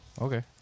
okay